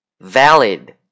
valid